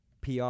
PR